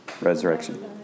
resurrection